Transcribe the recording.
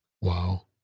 Wow